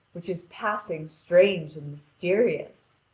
which is passing strange and mysterious.